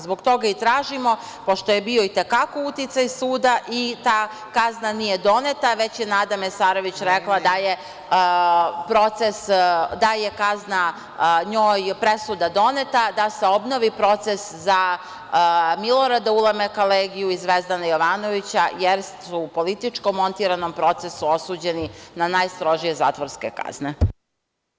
Zbog toga i tražimo, pošto je bio itekako uticaj suda i ta kazna nije doneta, već je Nata Mesarović rekla da je kazna njoj, presuda doneta, da se obnovi proces za Milorada Ulemeka Legiju i Zvezdana Jovanovića, jer su u političkom montiranom procesu osuđeni na najstrožije zatvorske kazne.